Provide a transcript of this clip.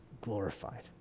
glorified